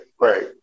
right